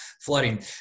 flooding